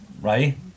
right